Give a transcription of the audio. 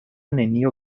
nenio